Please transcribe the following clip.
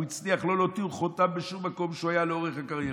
הוא הצליח לא להותיר חותם בשום מקום שהוא היה לאורך הקריירה.